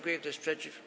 Kto jest przeciw?